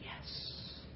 Yes